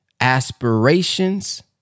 aspirations